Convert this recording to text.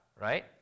right